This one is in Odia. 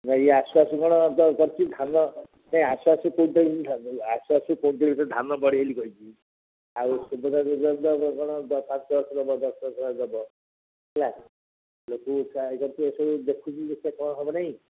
ନାଇଁ ଆସୁ ଆସୁ କ'ଣ କରିଛି ଧାନ ନାଇଁ ଆସୁ ଆସୁ କେଉଁଠି ଆସୁ ଆସୁ କେଉଁଠି ଗୋଟେ ଧାନ ବଢ଼େଇଲି ବୋଲି କହିଛି ଆଉ ସୁଭଦ୍ରା ଯୋଜନା କ'ଣ ପାଞ୍ଚ ଦଶ ବର୍ଷ ଦବ ଦଶ ବର୍ଷ ଦବ ହେଲା ଲୋକ ଯେତେ ଯାହା ଏସବୁ ଦେଖୁଛି ଯେତେ କ'ଣ ହବ ନାହିଁ